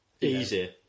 Easy